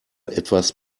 etwas